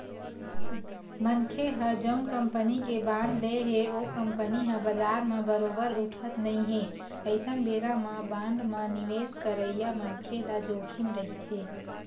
मनखे ह जउन कंपनी के बांड ले हे ओ कंपनी ह बजार म बरोबर उठत नइ हे अइसन बेरा म बांड म निवेस करइया मनखे ल जोखिम रहिथे